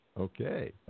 Okay